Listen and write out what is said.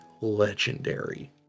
legendary